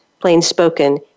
plain-spoken